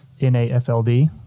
NAFLD